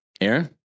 Aaron